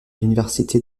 l’université